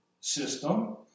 system